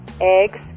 eggs